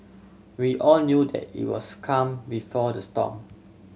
we all knew that it was calm before the storm